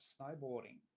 snowboarding